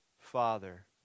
Father